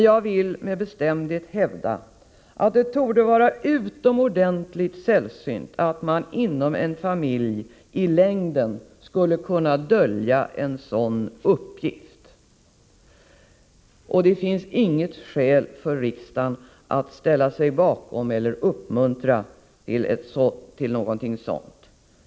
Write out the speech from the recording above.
Jag vill dock med bestämdhet hävda att det torde vara utomordentligt sällsynt att man inom en familj i längden skulle kunna dölja en sådan uppgift. Det finns inget skäl för riksdagen att ställa sig bakom eller uppmuntra till någonting sådant.